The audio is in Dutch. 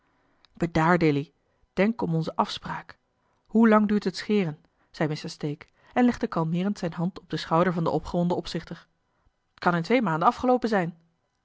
bedaar dilly denk om onze afspraak hoelang duurt het scheren zei mr stake en legde kalmeerend zijne hand op den schouder van den opgewonden opzichter t kan in twee maanden afgeloopen zijn